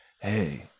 hey